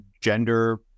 gender